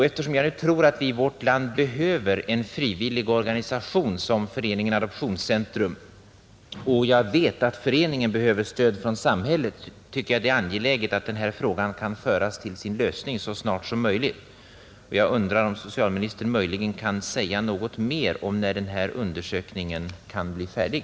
Eftersom jag tror att vi i vårt land behöver en frivillig organisation som Föreningen Adoptionscentrum och jag vet att föreningen behöver stöd från samhället, tycker jag det är angeläget att den här frågan kan föras till sin lösning så snart som möjligt. Jag undrar om socialministern möjligen kan säga något mer om när den här undersökningen kan bli färdig.